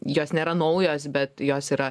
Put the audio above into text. jos nėra naujos bet jos yra